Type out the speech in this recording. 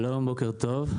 שלום, בוקר טוב.